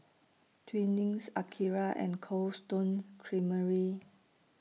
Twinings Akira and Cold Stone Creamery